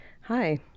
Hi